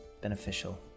beneficial